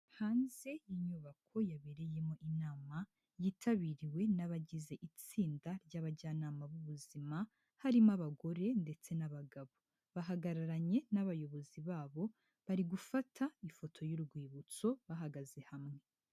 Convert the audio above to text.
Hanze y'inyubako yabereyemo inama, yitabiriwe n'abagize itsinda ry'abajyanama b'ubuzima, harimo abagore ndetse n'abagabo. Bahagararanye n'abayobozi babo, bari gufata ifoto y'urwibutso, bahagaze hamwe.